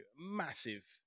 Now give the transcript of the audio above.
massive